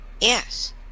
Yes